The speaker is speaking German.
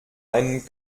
einen